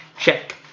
Check